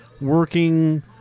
working